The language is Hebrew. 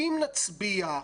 אם נצביע,